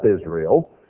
Israel